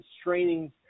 straining